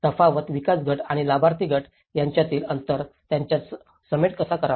तफावत विकास गट आणि लाभार्थी गट यांच्यातील अंतर यांच्यात समेट कसा करावा